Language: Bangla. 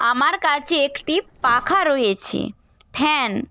আমার কাছে একটি পাখা রয়েছে ফ্যান